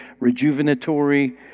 rejuvenatory